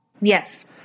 Yes